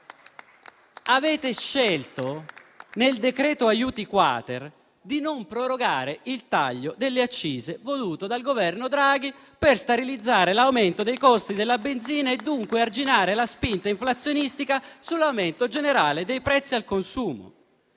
Avete scelto nel decreto aiuti-*quater* di non prorogare il taglio delle accise voluto dal Governo Draghi per sterilizzare l'aumento dei costi della benzina e dunque arginare la spinta inflazionistica sull'aumento generale dei prezzi al consumo.